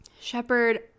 Shepard